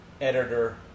editor